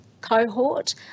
cohort